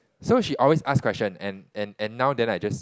so she always ask question and and and now then I just